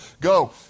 go